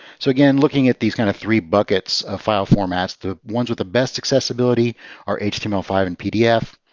so again, looking at these kind of three buckets of file formats, the ones with the best accessibility are h t m l five and pdf.